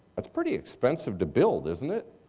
that's pretty expensive to build, isn't it?